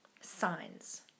signs